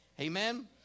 Amen